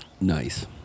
nice